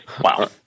Wow